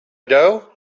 dough